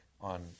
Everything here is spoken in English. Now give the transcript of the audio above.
on